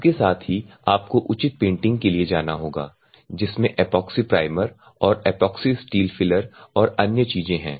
इसके साथ ही आपको उचित पेंटिंग के लिए जाना होगा जिनमें एपॉक्सी प्राइमर और एपॉक्सी स्टील फिलर और अन्य चीजें हैं